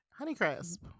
honeycrisp